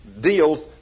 deals